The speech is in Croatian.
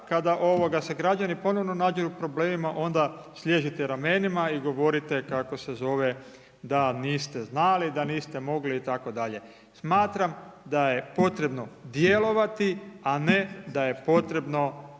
kada se građani ponovno nađu u problemima onda sliježite ramenima i govorite da niste znali, da niste mogli itd. Smatram da je potrebo djelovati a ne da je potrebno